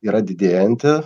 yra didėjanti